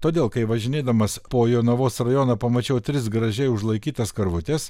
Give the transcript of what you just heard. todėl kai važinėdamas po jonavos rajoną pamačiau tris gražiai užlaikytas karvutes